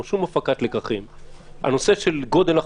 חגים נוצריים,